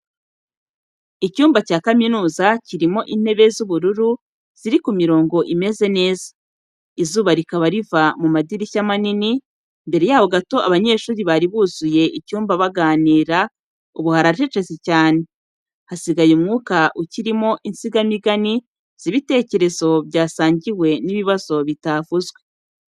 Icyumba cya kaminuza kirimo intebe z’ubururu ziri ku mirongo imeze neza, izuba rikaba riva mu madirishya manini, mbere yaho gato abanyeshuri bari buzuye icyumba baganira, ubu haracecetse cyane, hasigaye umwuka ukirimo insigamigani z’ibitekerezo byasangiwe n’ibibazo bitavuzwe.